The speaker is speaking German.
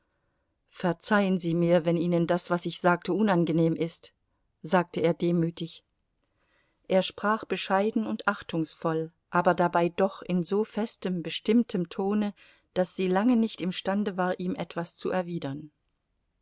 verzeihen sie mir wenn ihnen das was ich sagte unangenehm ist sagte er demütig er sprach bescheiden und achtungsvoll aber dabei doch in so festem bestimmtem tone daß sie lange nicht imstande war ihm etwas zu erwidern